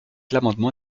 l’amendement